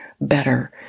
better